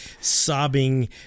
sobbing